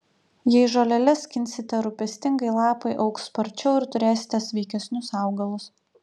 jei žoleles skinsite rūpestingai lapai augs sparčiau ir turėsite sveikesnius augalus